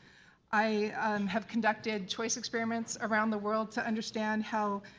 i have conducted choice experiments around the world to understand how